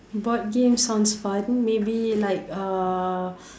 board games sounds fun maybe like uh